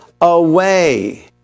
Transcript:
away